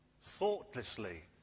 thoughtlessly